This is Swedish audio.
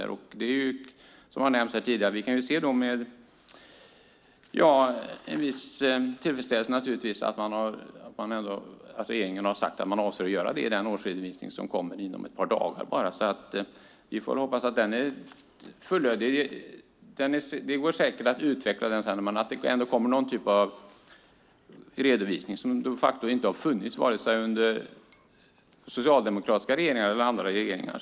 Som tidigare nämnts här kan vi med viss tillfredsställelse se att regeringen har sagt att man avser att göra det i den årsredovisning som kommer om bara ett par dagar. Vi får hoppas att den redovisningen är fullödig. Det går säkert att utveckla den senare. Men det är bra om det kommer någon typ av redovisning, något som de facto inte funnits vare sig under socialdemokratiska regeringar eller under andra regeringar.